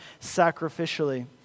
sacrificially